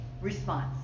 response